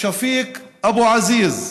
שפיק אבו עזיז,